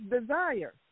desire